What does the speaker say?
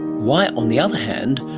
why, on the other hand,